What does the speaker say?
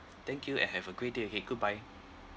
thank you and have a great day ahead goodbye